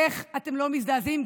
איך אתם לא מזדעזעים?